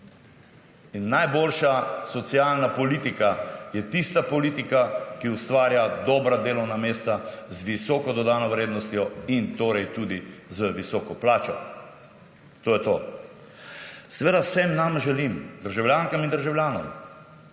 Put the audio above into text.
Najboljša socialna politika je tista politika, ki ustvarja dobra delovna mesta z visoko dodano vrednostjo in tudi z visoko plačo. To je to. Seveda vsem nam želim, državljankam in državljanom,